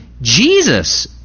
Jesus